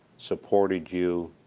supported you,